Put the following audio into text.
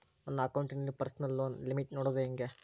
ನನ್ನ ಅಕೌಂಟಿನಲ್ಲಿ personal loan limit ನೋಡದು ಹೆಂಗೆ?